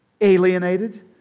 alienated